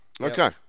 Okay